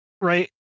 right